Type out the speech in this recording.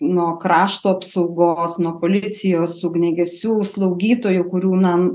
nuo krašto apsaugos nuo policijos ugniagesių slaugytojų kurių na